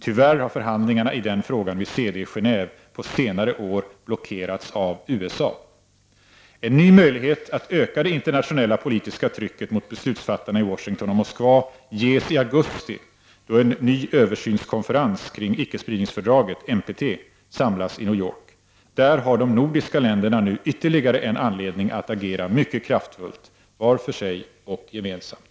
Tyvärr har förhandlingarna i den frågan vid CD i Geneve på senare år blockerats av USA. En ny möjlighet att öka det internationella politiska trycket mot beslutsfattarna i Washington och Moskva ges i augusti, då en ny översynskonferens om icke-spridningsfördraget, NPT, samlas i New York. Där har de nordiska länderna ytterligare en anledning att agera mycket kraftfullt — var för sig och gemensamt.